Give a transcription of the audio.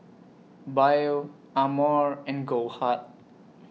Biore Amore and Goldheart